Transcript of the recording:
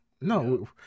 No